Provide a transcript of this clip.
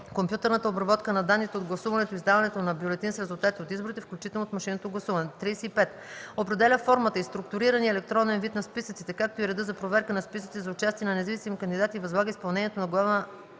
компютърната обработка на данните от гласуването и издаването на бюлетин с резултатите от изборите, включително от машинното гласуване; 35. определя формата и структурирания електронен вид на списъците, както и реда за проверка на списъците за участие на независими кандидати, и възлага изпълнението на Главна